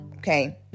Okay